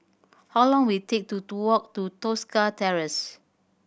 how long will it take to walk to Tosca Terrace